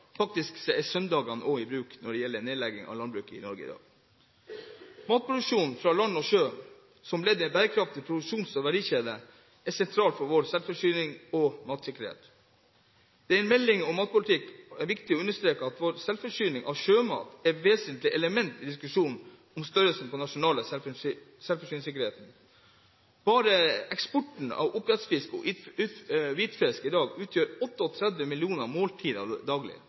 Faktisk er søndagene også i bruk når det gjelder nedlegging av landbruket i Norge i dag. Matproduksjon fra land og sjø, som ledd i en bærekraftig produksjons- og verdikjede, er sentral for vår selvforsyning og matsikkerhet. Det er i en melding om matpolitikk viktig å understreke at vår selvforsyning av sjømat er et vesentlig element i diskusjonen om størrelsen på den nasjonale selvforsyningssikkerheten. Bare eksporten av oppdrettsfisk og hvitfisk utgjør 38 millioner måltider daglig.